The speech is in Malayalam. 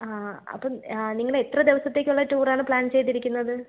ആ അപ്പം നിങ്ങളെത്ര ദിവസത്തേയ്ക്കുള്ള ടൂറാണ് പ്ലാൻ ചെയ്തിരിക്കുന്നത്